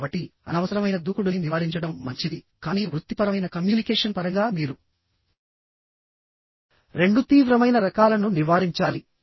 కాబట్టి అనవసరమైన దూకుడుని నివారించడం మంచిది కానీ వృత్తిపరమైన కమ్యూనికేషన్ పరంగా మీరు రెండు తీవ్రమైన రకాలను నివారించాలి